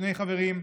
שני חברים,